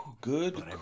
Good